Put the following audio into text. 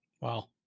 Wow